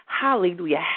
Hallelujah